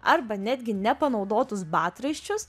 arba netgi nepanaudotus batraiščius